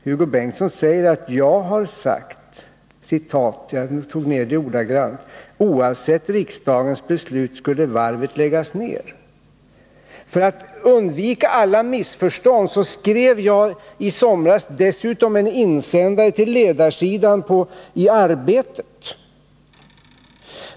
Hugo Bengtsson säger att jag har sagt: ”Oavsett riksdagens beslut skall varvet läggas ned.” För att undvika alla missförstånd vill jag säga att jag i somras skrev en insändare på ledarsidan i Arbetet.